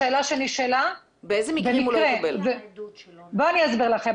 בואו אני אסביר לכם.